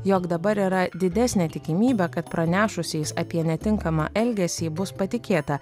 jog dabar yra didesnė tikimybė kad pranešusiais apie netinkamą elgesį bus patikėta